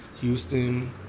Houston